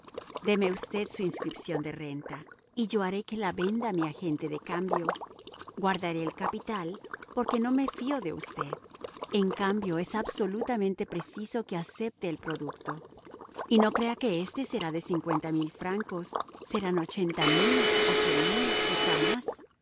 deme usted su inscripción de renta y yo haré que la venda mi agente de cambio guardaré el capital porque no me fío de usted en cambio es absolutamente preciso que acepte el producto y no crea que éste será de cincuenta mil francos serán ochenta mil o cien mil quizá más